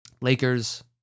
Lakers